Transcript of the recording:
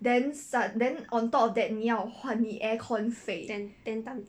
then sun~ then on top of that 你要还你 aircon 费 then ten time